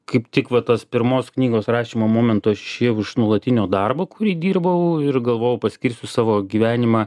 kaip tik va tos pirmos knygos rašymo momentu aš išėjau iš nuolatinio darbo kurį dirbau ir galvojau paskirsiu savo gyvenimą